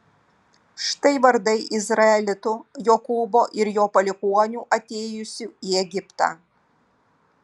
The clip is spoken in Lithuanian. štai vardai izraelitų jokūbo ir jo palikuonių atėjusių į egiptą